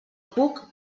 puc